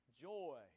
Joy